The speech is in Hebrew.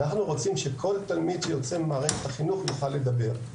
אנחנו רוצים שכל תלמיד שיוצא ממערכת החינוך יוכל לדבר.